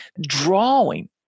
drawing